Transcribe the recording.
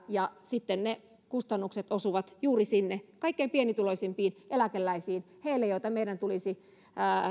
ja sitten ne kustannukset osuvat juuri sinne kaikkein pienituloisimpiin eläkeläisiin heille joita meidän tulisi